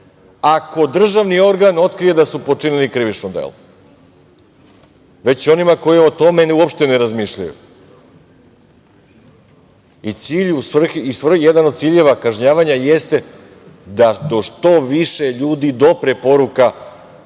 ako državni organ otkrije da su počinili krivično delo, već onima koji o tome uopšte ne razmišljaju. I je jedan od ciljeva kažnjavanja jeste da do što više ljudi dopre poruka